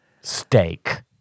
steak